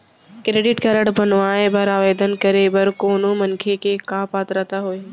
Credit card बनवाए बर आवेदन करे बर कोनो मनखे के का पात्रता होही?